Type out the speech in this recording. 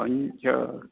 पञ्च